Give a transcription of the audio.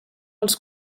als